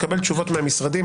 לקבל תשובות מהמשרדים,